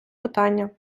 питання